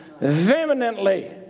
vehemently